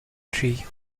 tree